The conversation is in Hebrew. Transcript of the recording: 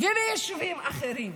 וביישובים אחרים,